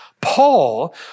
Paul